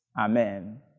Amen